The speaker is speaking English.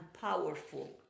powerful